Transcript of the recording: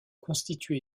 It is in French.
constitué